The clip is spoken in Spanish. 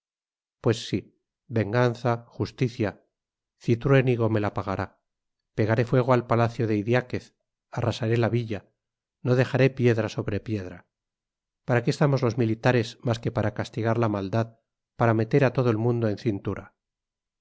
pues sí venganza justicia cintruénigo me la pagará pegaré fuego al palacio de idiáquez arrasaré la villa no dejaré piedra sobre piedra para qué estamos los militares más que para castigar la maldad para meter a todo el mundo en cintura